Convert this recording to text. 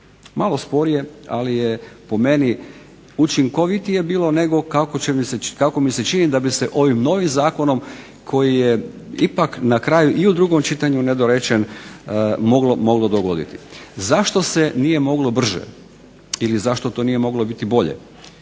Malo sporije, ali je po meni učinkovitije bilo nego kako mi se čini da bi se ovim novim zakonom koji je ipak na kraju i u drugom čitanju nedorečen moglo dogoditi. Zašto se nije moglo brže ili zašto to nije moglo biti bolje